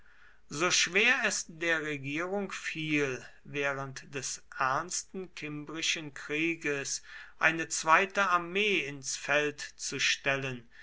so schwer es der regierung fiel während des ernsten kimbrischen krieges eine zweite armee ins feld zu stellen